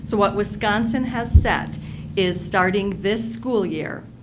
so what wisconsin has set is starting this school year,